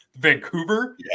Vancouver